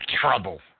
trouble